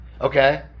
Okay